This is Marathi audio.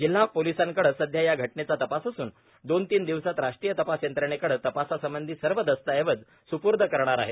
जिल्हा पोलिसांकडे सध्या या घटनेचा तपास असूनर दोन तीन दिवसात राष्ट्रीय तपास यंत्रणेकडे तपासासंबंधी सर्व दस्त्रेवज स्पूर्द करणार आहेत